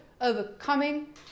Overcoming